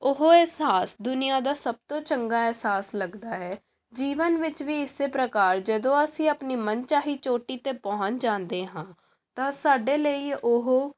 ਉਹ ਇਸ ਅਹਿਸਾਸ ਦੁਨੀਆਂ ਦਾ ਸਭ ਤੋਂ ਚੰਗਾ ਅਹਿਸਾਸ ਲੱਗਦਾ ਹੈ ਜੀਵਨ ਵਿੱਚ ਵੀ ਇਸ ਪ੍ਰਕਾਰ ਜਦੋਂ ਅਸੀਂ ਆਪਣੀ ਮਨਚਾਹੀ ਚੋਟੀ 'ਤੇ ਪਹੁੰਚ ਜਾਂਦੇ ਹਾਂ ਤਾਂ ਸਾਡੇ ਲਈ ਉਹ